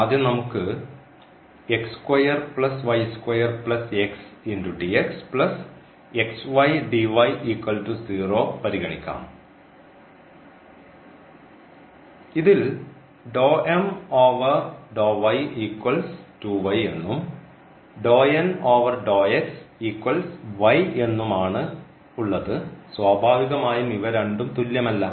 ആദ്യം നമുക്ക് പരിഗണിക്കാം ഇതിൽ എന്നും എന്നും ആണുള്ളത് സ്വാഭാവികമായും ഇവ രണ്ടും തുല്യമല്ല